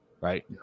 Right